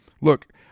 Look